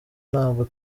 ntabwo